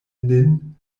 nin